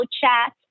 chat